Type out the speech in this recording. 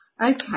Okay